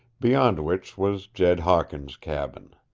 beyond which was jed hawkins' cabin.